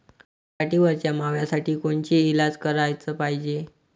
पराटीवरच्या माव्यासाठी कोनचे इलाज कराच पायजे?